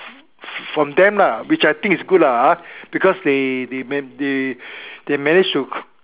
from them lah which I think is good lah ha because they they man~ they manage to